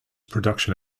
production